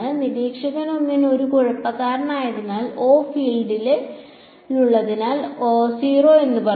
നിരീക്ഷകൻ 1 ഒരു കുഴപ്പക്കാരനായതിനാൽ ഓ ഫീൽഡിനുള്ളിലെ 0 എന്ന് പറയുന്നു